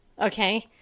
okay